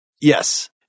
Yes